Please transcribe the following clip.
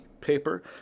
paper